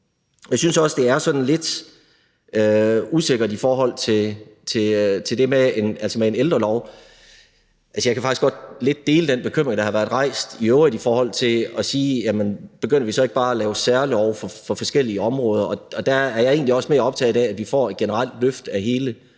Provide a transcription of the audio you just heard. Jeg synes også, det er sådan lidt usikkert i forhold til det med en ældrelov. Jeg kan faktisk godt lidt dele den bekymring, der i øvrigt har været rejst, nemlig om vi så ikke bare begynder at lave særlove for forskellige områder. Der er jeg egentlig også mere optaget af, at vi får et generelt løft af hele